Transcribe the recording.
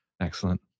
Excellent